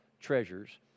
treasures